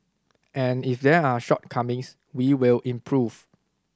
and if there are shortcomings we will improve